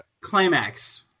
Climax